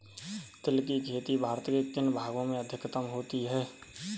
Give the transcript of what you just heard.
तिल की खेती भारत के किन भागों में अधिकतम होती है?